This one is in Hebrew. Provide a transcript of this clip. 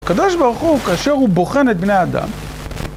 הקדוש ברוך הוא כאשר הוא בוחן את בני האדם.